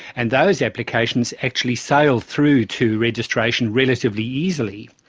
and those applications actually sailed through to registration relatively easily.